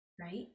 right